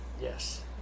Yes